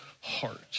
heart